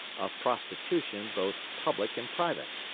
of prostitution both public and private.